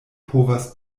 povas